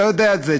אתה יודע את זה.